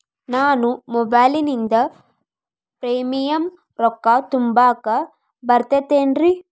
ನಾನು ಮೊಬೈಲಿನಿಂದ್ ಪ್ರೇಮಿಯಂ ರೊಕ್ಕಾ ತುಂಬಾಕ್ ಬರತೈತೇನ್ರೇ?